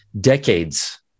decades